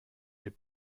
les